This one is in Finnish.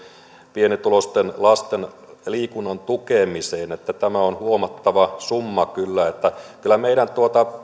pienituloisten perheiden lasten liikunnan tukemiseen ja tämä on huomattava summa kyllä että kyllä meidän